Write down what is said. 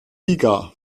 vega